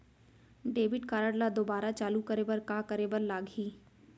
Debit card ला दोबारा चालू करे बर का करे बर लागही?